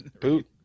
Boot